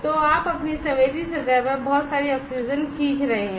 तो आप अपनी संवेदी सतह पर बहुत सारी ऑक्सीजन खींच रहे हैं